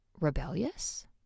rebellious